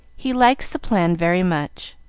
he likes the plan very much,